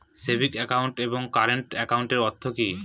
Savings account এবং current একাউন্টের অর্থ কি?